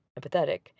empathetic